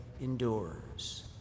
endures